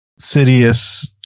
Sidious